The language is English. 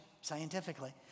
scientifically